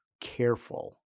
careful